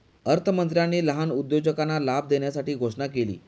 अर्थमंत्र्यांनी लहान उद्योजकांना लाभ देण्यासाठी घोषणा केली